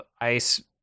ice